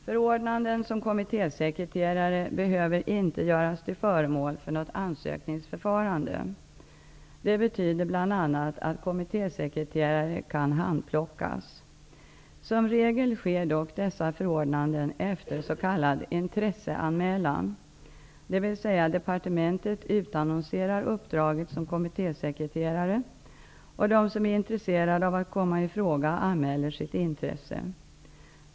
Förordnanden som kommittésekreterare behöver inte göras till föremål för något ansökningsförfarande. Det betyder bl.a. att kommittésekreterare kan ''handplockas''. Som regel sker dock dessa förordnanden efter s.k. intresseanmälan, dvs. departementet utannonserar uppdraget som kommittésekreterare och de som är intresserade av att komma i fråga anmäler sitt intresse.